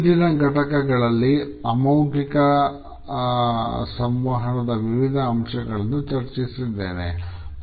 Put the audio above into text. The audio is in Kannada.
ಹಿಂದಿನ ಘಟಕಗಳಲ್ಲಿ ಅಮೌಖಿಕ ಸಂವಹನದ ವಿವಿಧ ಅಂಶಗಳನ್ನು ಚರ್ಚಿಸಿದ್ದೇನೆ